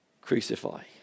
Crucify